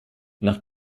nach